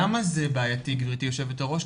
למה זה בעייתי גברתי יושבת הראש?